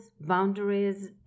boundaries